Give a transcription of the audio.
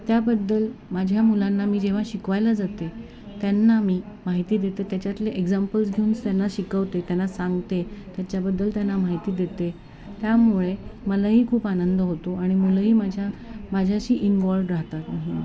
त्याबद्दल माझ्या मुलांना मी जेव्हा शिकवायला जाते त्यांना मी माहिती देते त्याच्यातले एक्झाम्पल्स घेऊन असं त्यांना शिकवते त्यांना सांगते त्याच्याबद्दल त्यांना माहिती देते त्यामुळे मलाही खूप आनंद होतो आणि मुलंही माझ्या माझ्याशी इन्वॉल्वड राहतात